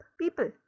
people